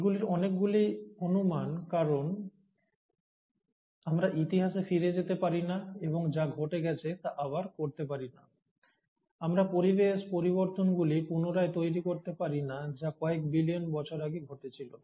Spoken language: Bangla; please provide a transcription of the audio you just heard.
এগুলির অনেকগুলি অনুমান কারণ আমরা ইতিহাসে ফিরে যেতে পারি না এবং যা ঘটে গেছে তা আবার করতে পারি না আমরা পরিবেশ পরিবর্তনগুলি পুনরায় তৈরি করতে পারি না যা কয়েক বিলিয়ন বছর আগে ঘটেছিল